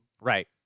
Right